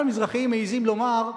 רק על מזרחים מעזים לומר,